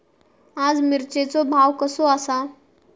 आज मिरचेचो भाव कसो आसा?